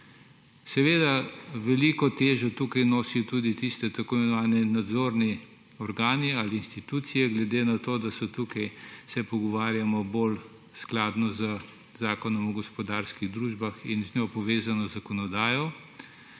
Seveda veliko teže tukaj nosijo tudi tisti tako imenovani nadzorni organi ali institucije, glede na to, da imajo tukaj, se pogovarjamo bolj skladno z Zakonom o gospodarskih družbah in z njo povezano zakonodajo,